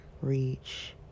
reach